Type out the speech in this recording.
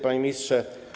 Panie Ministrze!